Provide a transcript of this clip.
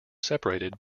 separated